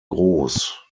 gross